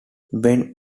when